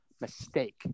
mistake